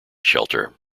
shelter